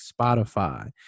Spotify